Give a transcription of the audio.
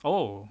oh